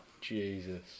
Jesus